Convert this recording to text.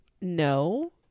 no